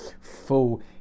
full